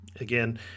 Again